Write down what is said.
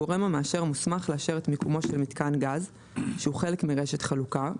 הגורם המאשר מוסמך לאשר את מיקומו של מיתקן גז שהוא חלק מרשת חלוקה,